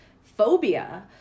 phobia